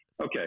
Okay